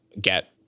get